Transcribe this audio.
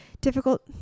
difficult